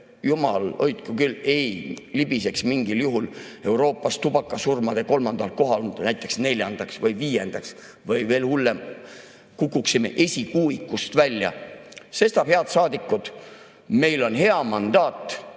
jumal hoidku, ei libiseks mingil juhul Euroopas tubakasurmade poolest kolmandalt kohalt näiteks neljandaks või viiendaks või veel hullem, kukuksime esikuuikust välja. Sestap, head saadikud, meil on hea mandaat